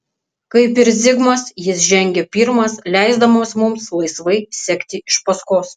kaip ir zigmas jis žengė pirmas leisdamas mums laisvai sekti iš paskos